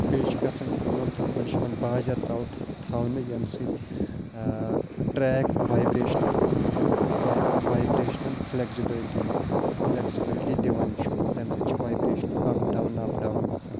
بیٚیہِ چھِ گژھان کٲم تَتھ منٛز چھِ یِوان باجَر تَل تھاونہٕ ییٚمہِ سۭتۍ ٹرٛیک وایِبریشنہٕ وایِبریشنَن فٕلٮ۪کزِبِلٹی فٕلٮ۪کزِبِلٹی دِوان چھُ تَمہِ سۭتۍ چھِ وایِبریشنہٕ اَپ ڈاوُن اَپ ڈاوُن گژھان